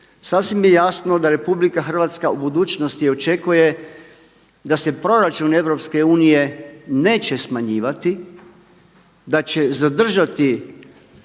sasvim je jasno da RH u budućnosti očekuje da se proračun EU neće smanjivati, da će zadržati